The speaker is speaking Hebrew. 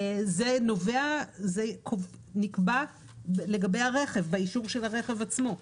זה נקבע לגבי הרכב, באישור של הרכב עצמו.